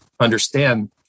understand